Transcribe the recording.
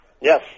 Yes